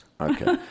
Okay